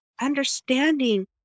understanding